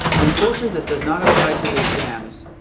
unfortunately this does not apply to the exams,